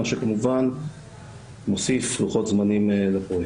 מה שכמובן מוסיף לוחות זמנים לפרויקט.